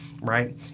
right